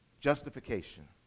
justification